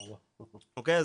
אוקיי?